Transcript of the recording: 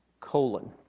colon